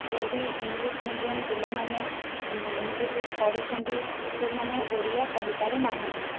ଯଦି English medium ପିଲାମାନେ English ପଢ଼ୁଛନ୍ତି ସେମାନେ ଓଡ଼ିଆ କହି ପାରୁନାହାନ୍ତି